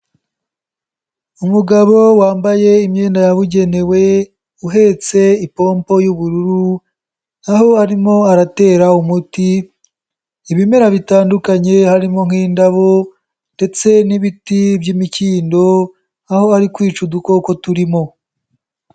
Umugabo wambaye imyenda yabugenewe, uhetse ipompo y'ubururu aho arimo aratera umuti ibimera bitandukanye, harimo nk'indabo ndetse n'ibiti by'imikindo aho ari kwica udukoko turimo.